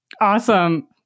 Awesome